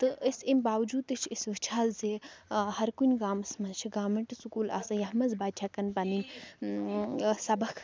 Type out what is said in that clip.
تہٕ أسۍ امہِ باوجوٗد تہِ چھِ أسۍ وٕچھان زِ ہَر کُنہِ گامَس منٛز چھِ گارمٮ۪نٛٹ سکوٗل آسان یَتھ منٛز بَچہِ ہٮ۪کَن پَنٕنۍ سَبَق